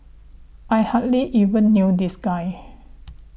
I hardly even knew this guy